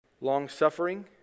long-suffering